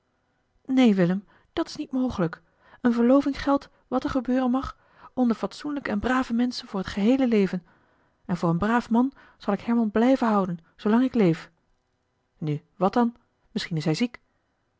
neen willem dat is niet mogelijk eene verloving geldt wat er gebeuren mag onder fatsoenlijke en brave menschen voor het geheele leven en voor een braaf man zal ik herman blijven houden zoolang ik leef nu wat dan misschien is hij ziek